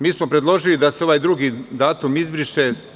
Mi smo predložili da se ovaj drugim datum izbriše.